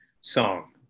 song